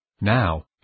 Now